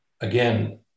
Again